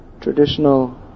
traditional